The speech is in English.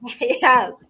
Yes